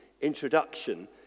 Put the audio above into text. introduction